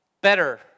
better